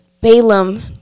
balaam